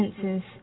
senses